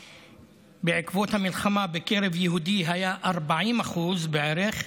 בעקבות המלחמה בקרב יהודים היה 40% בערך,